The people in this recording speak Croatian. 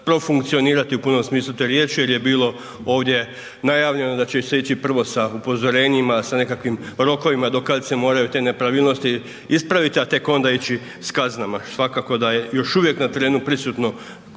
profunkcionirati u punom smislu te riječi jer je bilo ovdje najavljeno da će se ići prvo sa upozorenjima, sa nekim rokovima do kad se moraju te nepravilnosti ispraviti, a tek onda ići s kaznama. Svakako da je još uvijek na terenu prisutno